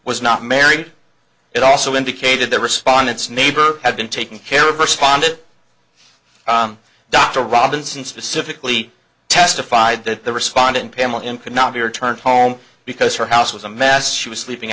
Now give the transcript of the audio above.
was not married it also indicated that respondents neighbor had been taking care of responded dr robinson specifically testified that the respondent pamela in could not be returned home because her house was a mess she was sleeping